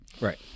Right